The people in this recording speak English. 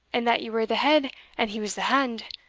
and that ye were the head and he was the hand,